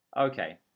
Okay